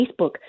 Facebook